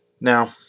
Now